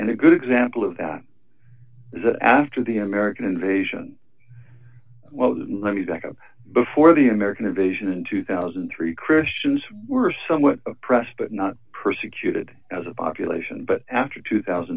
and a good example of that after the american invasion well let me back up before the american invasion in two thousand and three christians were somewhat oppressed but not persecuted as a population but after two thousand